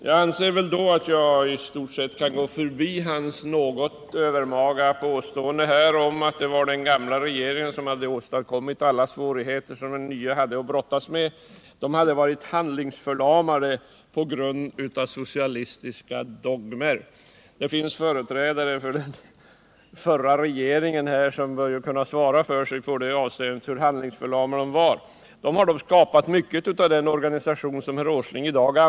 Jag anser att jag i stort sett kan gå förbi industriministerns något övermaga påstående om att det var den gamla regeringen som åstadkom alla svårigheter som den nya hade att brottas med — den gamla regeringen hade varit förlamad av socialistiska dogmer. Det finns företrädare för den gamla regeringen som bör kunna svara för hur handlingsförlamad den varit. Men den har i alla fall skapat mycket av den organisation som herr Åsling använder i dag.